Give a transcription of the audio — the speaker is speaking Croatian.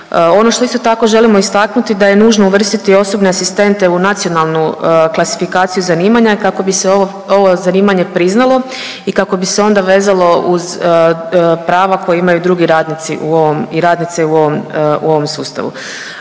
Ono što isto tako želimo istaknuti da je nužno uvrstiti osobne asistente u nacionalnu klasifikaciju zanimanja kako bi se ovo, ovo zanimanje priznalo i kako bi se onda vezalo uz prava koja imaju drugi radnici u ovom i radnice u ovom, u ovom